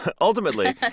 Ultimately